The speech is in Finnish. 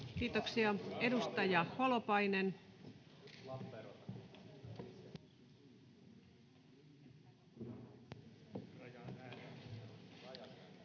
Kiitoksia. — Edustaja Holopainen.